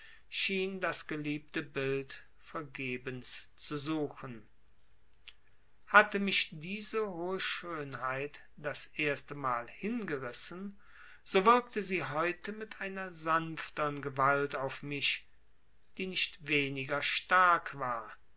schien das geliebte bild vergebens zu suchen hatte mich diese hohe schönheit das erste mal hingerissen so wirkte sie heute mit einer sanftern gewalt auf mich die nicht weniger stark war